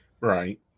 Right